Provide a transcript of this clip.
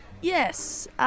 yes